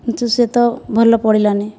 କିନ୍ତୁ ସେ ତ ଭଲ ପଡ଼ିଲାନି